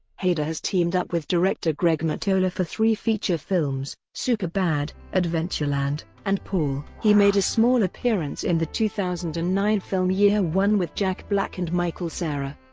hader has teamed up with director greg mottola for three feature films superbad, adventureland and paul. he made a small appearance in the two thousand and nine film year one with jack black and michael cera.